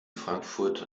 frankfurt